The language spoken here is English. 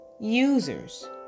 users